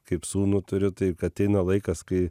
kaip sūnų turiu tai ateina laikas kai